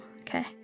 Okay